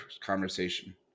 conversation